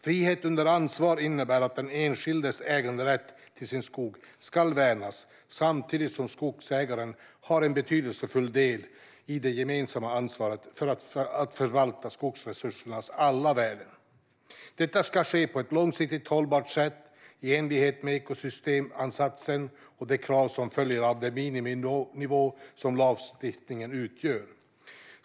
Frihet under ansvar innebär att den enskildes äganderätt till sin skog ska värnas samtidigt som skogsägaren har en betydelsefull del i det gemensamma ansvaret att förvalta skogsresursens alla värden. Detta ska ske på ett långsiktigt hållbart sätt i enlighet med ekosystemansatsen och de krav som följer av den miniminivå som lagstiftningen utgör.